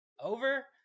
over